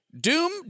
Doom